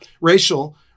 racial